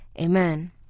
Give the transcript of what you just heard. Amen